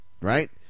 right